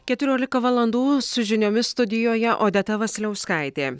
keturiolika valandų su žiniomis studijoje odeta vasiliauskaitė